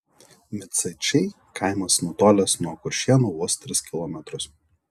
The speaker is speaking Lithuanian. micaičiai kaimas nutolęs nuo kuršėnų vos tris kilometrus